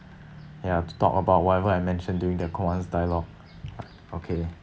ya to talk about whatever I mentioned during the commander's dialogue okay